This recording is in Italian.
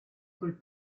quel